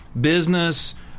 business